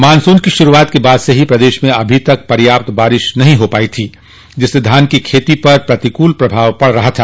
monsoon की शुरूआत के बाद से ही प्रदेश में अभी तक पर्याप्त बारिश नहीं हो पाई थी जिससे धान की खेती पर प्रतिकूल प्रभाव पड़ रहा था